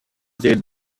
did